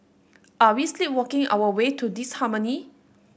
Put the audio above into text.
are we sleepwalking our way to disharmony